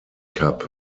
cup